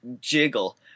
jiggle